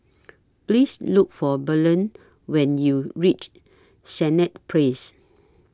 Please Look For Belen when YOU REACH Senett Place